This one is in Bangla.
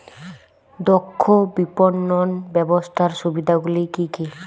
দক্ষ বিপণন ব্যবস্থার সুবিধাগুলি কি কি?